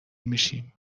میشیم